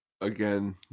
Again